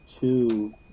two